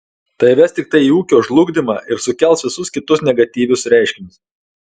tai ves tiktai į ūkio žlugdymą ir sukels visus kitus negatyvius reiškinius